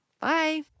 bye